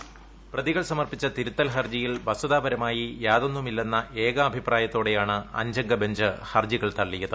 voice പ്രതികൾ സമർപ്പിച്ച തിരുത്തൽ ഹർജിയിൽ വസ്തുതാപരമായി യാതൊന്നുമില്ലെന്ന് ഏകാഭിപ്രായത്തോടെയാണ് അഞ്ചംഗ ബെഞ്ച് ഹർജികൾ തള്ളിയത്